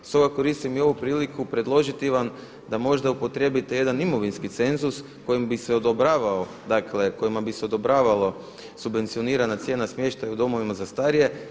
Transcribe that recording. Stoga koristim i ovu priliku predložiti vam da možda upotrijebite jedan imovinski cenzus kojim bi se odobravao, dakle kojima bi se odobravalo subvencionirana cijena smještaja u domovima za starije.